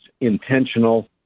intentional